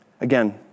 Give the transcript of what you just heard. Again